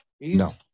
No